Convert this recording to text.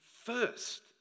first